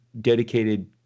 dedicated